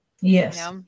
Yes